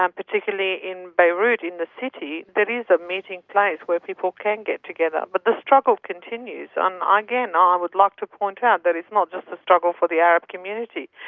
um particularly in beirut, in the city, there is a meeting place where people can get together, but the struggle continues. and again, ah i would love to point out that it's not just a struggle for the arab community.